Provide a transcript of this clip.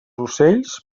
ocells